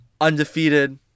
undefeated